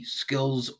skills